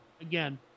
again